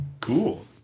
Cool